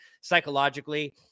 psychologically